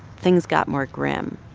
things got more grim.